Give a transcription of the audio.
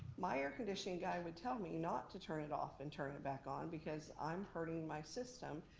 my air conditioning guy would tell me not to turn it off and turn it back on because i'm hurting my system.